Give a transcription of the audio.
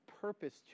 purpose